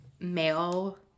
male